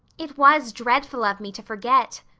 it was dreadful of me to forget,